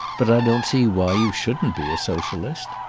but i don't see why you shouldn't be a socialist.